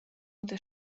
der